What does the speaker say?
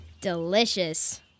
Delicious